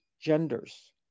genders